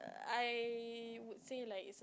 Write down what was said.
I would say like it's